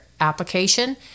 application